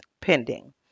pending